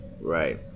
Right